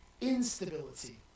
instability